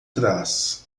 traz